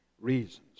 reasons